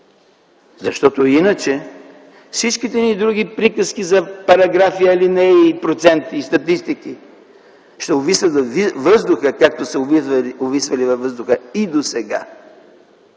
Защото иначе всичките ни други приказки за параграфи, алинеи, проценти и статистики ще увиснат във въздуха, както са увисвали във въздуха и досега.